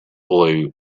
blue